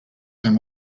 and